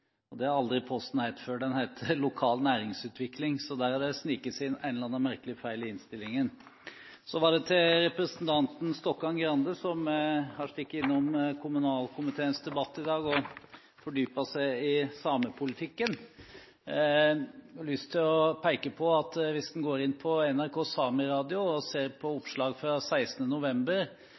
har denne posten aldri hett før. Den heter «lokal næringsutvikling». Så her har det sneket seg inn en merkelig feil i innstillingen. Samme feil står også på side 49 og i innholdsfortegnelsen. Så til representanten Stokkan-Grande, som har stukket innom kommunalkomiteens debatt og fordypet seg i samepolitikken. Jeg vil peke på – hvis man går inn på NRK Sameradioen og ser på oppslag fra 16. november